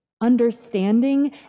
understanding